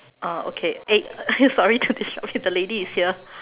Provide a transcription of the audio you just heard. ah okay eh eh sorry to disrupt you the lady is here